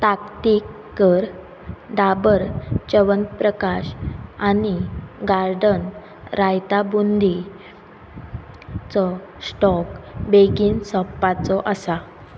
ताकतीक कर डाबर चवनप्रकाश आनी गार्डन रायता बुंदी चो स्टॉक बेगीन सोंपपाचो आसा